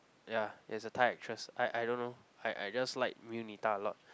ya is a Thai actress I I don't know I I just like Mew Nitha a lot